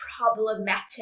problematic